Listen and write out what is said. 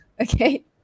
Okay